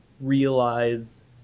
realize